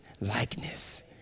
likeness